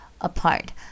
apart